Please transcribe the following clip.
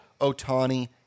Otani